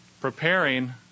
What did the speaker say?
Preparing